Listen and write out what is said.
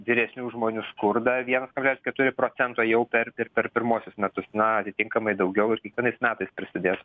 vyresnių žmonių skurdą vienas kablelis keturi procento jau per per per pirmuosius metus na atitinkamai daugiau ir kiekvienais metais prisidės